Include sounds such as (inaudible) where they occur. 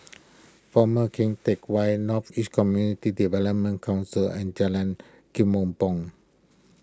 (noise) former Keng Teck Whay North East Community Development Council and Jalan (unintelligible)